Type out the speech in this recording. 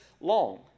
long